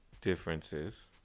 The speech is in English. differences